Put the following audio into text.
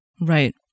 right